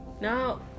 No